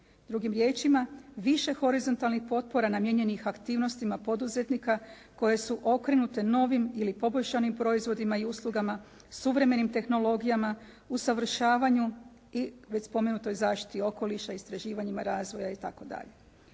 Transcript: Drugim riječima, više horizontalnih potpora namijenjenih aktivnostima poduzetnika koje su okrenute novim ili poboljšanim proizvodima i uslugama, suvremenim tehnologijama, usavršavanju i već spomenutoj zaštiti okoliša, istraživanjima razvoja itd.